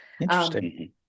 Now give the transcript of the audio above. Interesting